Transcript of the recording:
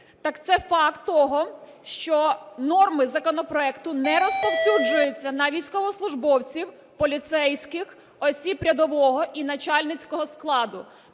так це факт того, що норми законопроекту не розповсюджуються на військовослужбовців, поліцейських, осіб рядового і начальницького складу.